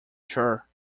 sure